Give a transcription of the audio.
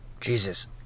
Jesus